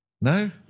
No